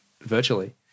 virtually